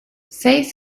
seis